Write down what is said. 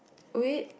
we